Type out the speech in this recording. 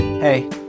Hey